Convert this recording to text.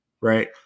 right